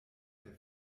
der